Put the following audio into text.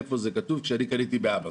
איפה זה כתוב כשאני קניתי באמזון?